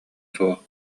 суох